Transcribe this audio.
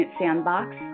Sandbox